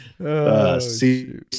See